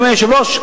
אדוני היושב-ראש,